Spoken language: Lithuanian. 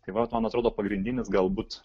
tai vat man atrodo pagrindinis galbūt